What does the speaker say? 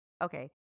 Okay